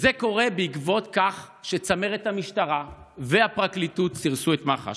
זה קורה בעקבות כך שצמרת המשטרה והפרקליטות סירסו את מח"ש.